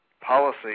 policy